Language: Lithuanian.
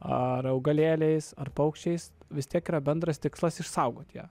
ar augalėliais ar paukščiais vis tiek yra bendras tikslas išsaugot ją